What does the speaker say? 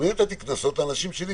גם אני הטלתי קנסות על אנשים שלי,